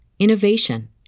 innovation